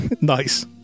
Nice